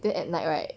then at night right